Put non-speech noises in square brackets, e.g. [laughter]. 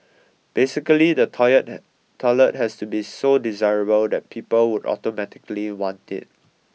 basically the toilet [unintelligible] toilet has to be so desirable that people would automatically want it